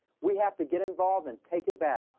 we have to get involved and take it back.